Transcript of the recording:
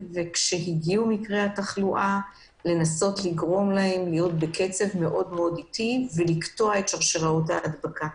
ולהאט קצב של מקרי תחלואה קיימים על מנת לקטוע את שרשראות ההדבקה.